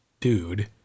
dude